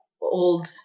old